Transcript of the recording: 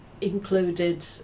included